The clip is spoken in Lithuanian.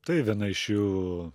tai viena iš jų